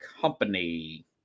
company